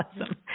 awesome